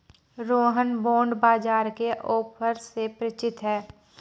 Rohan bond बाजार के offer से परिचित है